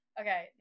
okay